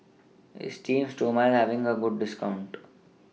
Esteem Stoma IS having A discount